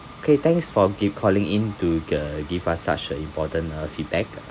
okay thanks for giv~ calling in to uh give us such a important uh feedback